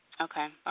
Okay